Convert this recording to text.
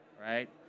right